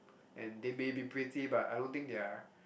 and they maybe pretty but I don't think they are